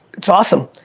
it's awesome,